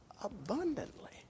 abundantly